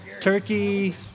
Turkey